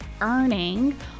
earning